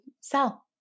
sell